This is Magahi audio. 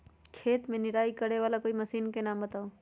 खेत मे निराई करे वाला कोई मशीन के नाम बताऊ?